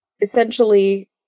essentially